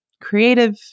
creative